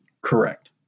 Correct